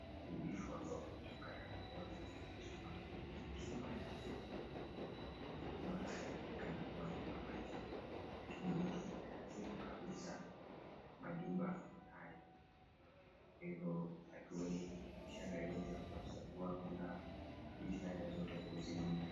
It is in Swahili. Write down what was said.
Uharibifu ambao umetokana na moto ikachoma chumba ya wenyewe na chumba haya yanaonekana kuwa ni ya mabati lakini moto umeharibu kabisa majumba haya. Kwa hivyo hatuoni ishara yoyote ya kuonyesha kuwa kuna jitihada zote ya kuzima moto.